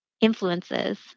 influences